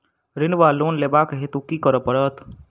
ऋण वा लोन लेबाक हेतु की करऽ पड़त?